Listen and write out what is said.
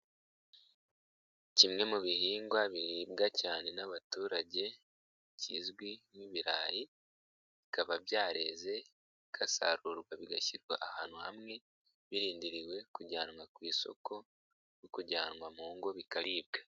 Kimwe mu bihingwa bihiribwa cyane n'abaturage kizwi nk'ibirayi, bikaba byareze kasarurwa bigashyirwa ahantu hamwe, birindiriwe kujyanwa ku isoko no kujyanwa mu ngo bikaribwa.